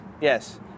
yes